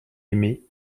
aimé